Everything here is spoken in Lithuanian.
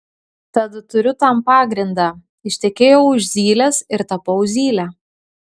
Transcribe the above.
tad turiu tam pagrindą ištekėjau už zylės ir tapau zyle